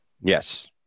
Yes